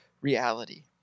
reality